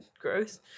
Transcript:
Gross